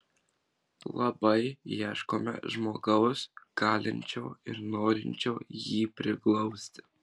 labai ieškome žmogaus galinčio ir norinčio jį priglausti